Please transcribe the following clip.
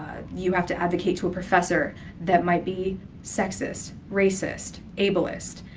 you have to advocate to a professor that might be sexist, racist, ableist,